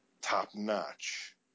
top-notch